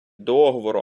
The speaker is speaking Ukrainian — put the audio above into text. договору